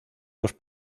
los